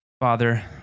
Father